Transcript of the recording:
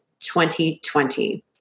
2020